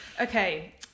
Okay